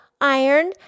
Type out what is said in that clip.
iron